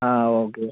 ആ ഓക്കെ